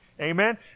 Amen